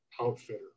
outfitter